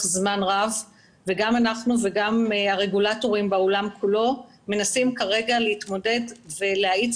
זמן רב וגם אנחנו וגם הרגולטורים בעולם כולו מנסים כרגע להתמודד ולהאיץ